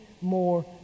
more